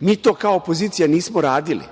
Mi to kao opozicija nismo radili.